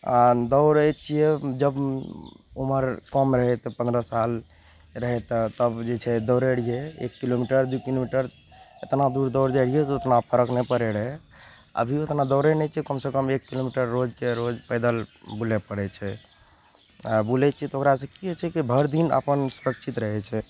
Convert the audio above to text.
आओर दौड़य छियै जब उमर कम रहय तऽ पन्द्रह साल रहय तऽ तब जे छै दौड़य रहियै एक किलोमीटर दू किलोमीटर एतना दूर दौड़ जाइ रहियै ओतना फर्क नहि पड़य रहय अभियो तऽ ओतना दौड़य नहि छियै कमसँ कम एक किलोमीटर रोजके रोज पैदल बुलय पड़य छै बुलय छियै तऽ ओकरासँ कि होइ छै कि भरि दिन अपन सुरक्षित रहय छै